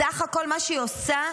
בסך הכול מה שהיא עושה,